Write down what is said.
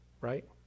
right